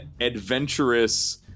adventurous